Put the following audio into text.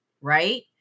Right